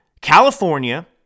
California